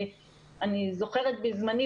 אני זוכרת בזמני,